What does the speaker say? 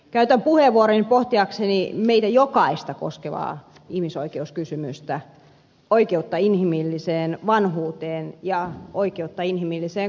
käytän puheenvuoroni pohtiakseni meitä jokaista koskevaa ihmisoikeuskysymystä oikeutta inhimilliseen vanhuuteen ja oikeutta inhimilliseen kuolemaan